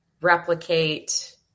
replicate –